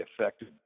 affected